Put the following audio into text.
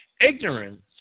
Ignorance